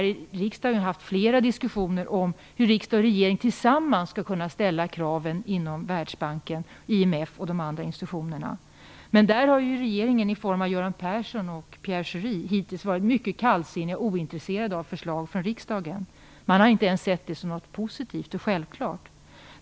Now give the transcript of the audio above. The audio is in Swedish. Vi har här i riksdagen haft flera diskussioner om hur vi tillsammans med regeringen skall kunna ställa krav i fråga om Världsbanken, IMF och de andra institutionerna. Regeringen, i form av Göran Persson och Pierre Schori, har hittills dock varit mycket kallsinnig och ointresserad av förslag från riksdagen. Man har inte ens sett detta som något positivt och självklart.